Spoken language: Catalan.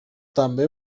també